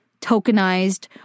tokenized